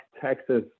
Texas